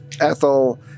Ethel